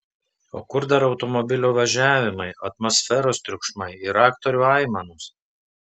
o kur dar automobilio važiavimai atmosferos triukšmai ir aktorių aimanos